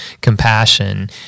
compassion